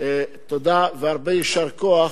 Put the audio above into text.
תודה והרבה יישר כוח.